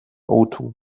otto